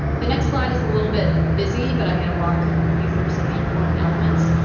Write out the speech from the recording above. the next slide is a little bit busy but i'm going to walk you through some of the important elements.